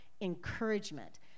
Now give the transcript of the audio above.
encouragement